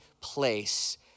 place